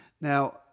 Now